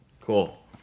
Cool